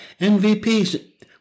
MVPs